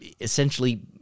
essentially